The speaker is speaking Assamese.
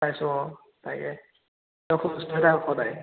চাইছোঁ অ' তাকে সদায়